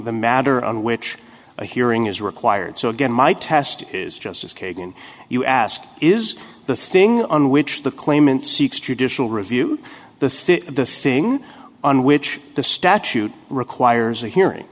the matter on which a hearing is required so again my test is justice kagan you ask is the thing on which the claimant seeks judicial review the thing the thing on which the statute requires a hearing